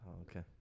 okay